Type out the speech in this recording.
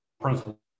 principle